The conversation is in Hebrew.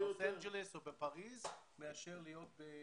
זה אתגר לא פשוט להיות בלוס אנג'לס או בפריס מאשר להיות בדימונה.